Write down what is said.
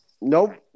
Nope